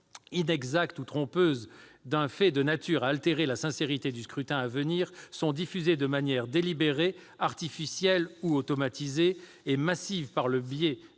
inexactes ou trompeuses d'un fait de nature à altérer la sincérité du scrutin à venir sont diffusées de manière délibérée, artificielle ou automatisée et massive par le biais